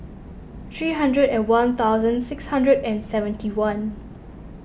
three hundred and one thousand six hundred and seventy one